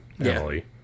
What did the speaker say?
Emily